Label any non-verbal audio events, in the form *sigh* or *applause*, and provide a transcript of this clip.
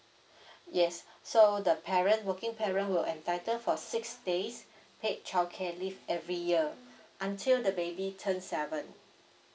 *breath* yes so the parent working parent will entitle for six days paid childcare leave every year until the baby turn seven